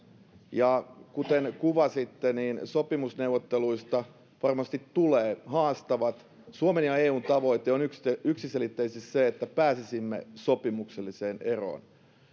ja kuten kuvasitte sopimusneuvotteluista varmasti tulee haastavat suomen ja eun tavoite on yksiselitteisesti se että pääsisimme sopimukselliseen eroon